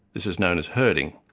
this is known as herding.